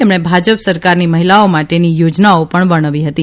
તેમણે ભાજપ સરકારની મહિલાઓ માટેની યોજનાઓ પણ વર્ણવી હતી